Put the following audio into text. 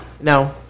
No